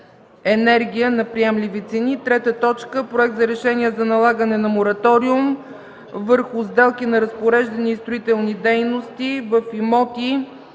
енергия на приемливи цени, трета точка – Проект за решение за налагане на мораториум върху сделки на разпореждане и строителни дейности в имоти